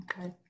okay